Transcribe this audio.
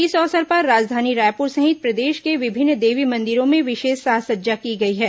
इस अवसर पर राजधानी रायपुर सहित प्रदेश के विभिन्न देवी मंदिरों में विशेष साज सज्जा की गई है